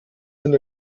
sind